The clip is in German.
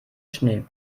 schnee